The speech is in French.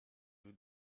vous